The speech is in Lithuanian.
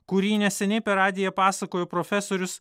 kurį neseniai per radiją pasakojo profesorius